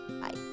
Bye